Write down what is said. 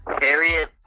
Harriet